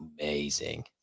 amazing